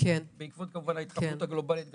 בעקבות ההתחממות הגלובלית כמובן.